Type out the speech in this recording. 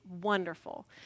wonderful